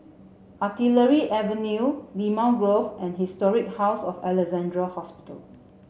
Artillery Avenue Limau Grove and Historic House of Alexandra Hospital